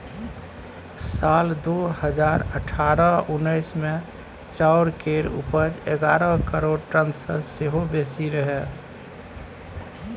साल दु हजार अठारह उन्नैस मे चाउर केर उपज एगारह करोड़ टन सँ सेहो बेसी रहइ